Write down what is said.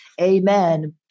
amen